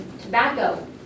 tobacco